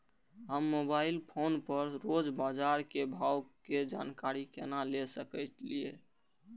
हम mobile phone पर रोज बाजार के भाव के जानकारी केना ले सकलिये?